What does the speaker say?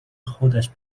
خودش